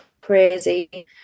crazy